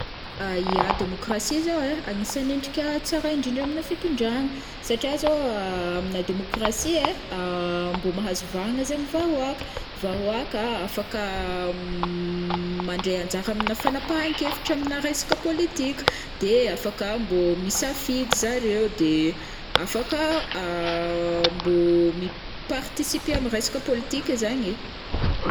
Ya, démocratie zao ai agnisan'ny endrika tsara indrindra amina fitondragna satria zao amina démocratie ai, ah mbô mahazo vahagna zaign vahoaka, vahoaka afaka mandray anjara amina fanapahankevitra amina resaka politika, de ah afaka mbô misafidy zareo de afaka ah mbô mi-participer am resaka politika zaign e.